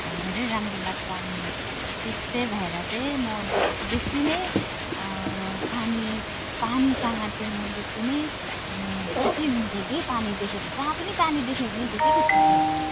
धेरै राम्रो लाग्छ अनि त्यस्तै भएर चाहिँ म दे बेसी नै पानी पानीसँग चाहिँ म बेसी नै खुसी हुन्थेँ कि पानी देख्यो भने जहाँ पनि पानी देखेँ भने देखेको छु त्यहाँ